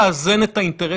למה?